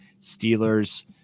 Steelers